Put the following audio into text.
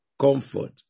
comfort